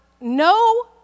No